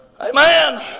Amen